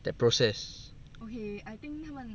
that process